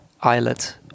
islet